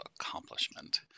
accomplishment